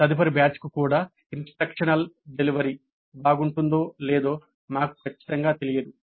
తదుపరి బ్యాచ్కు కూడా ఇన్స్ట్రక్షనల్ డెలివరీ బాగుంటుందో లేదో మాకు ఖచ్చితంగా తెలియదు